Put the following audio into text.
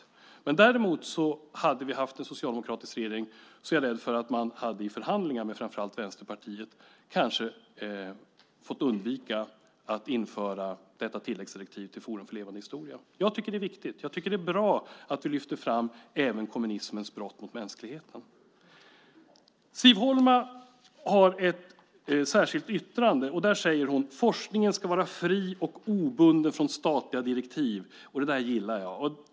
Däremot är jag rädd för att om vi hade haft en socialdemokratisk regering hade den i förhandlingar med framför allt Vänsterpartiet kanske fått undvika att införa detta tilläggsdirektiv till Forum för levande historia. Jag tycker att det är viktigt. Jag tycker att det är bra att vi lyfter fram även kommunismens brott mot mänskligheten. Siv Holma har avgett ett särskilt yttrande. Där säger hon att "forskningen ska vara fri och obunden från statliga direktiv". Det där gillar jag.